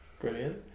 Brilliant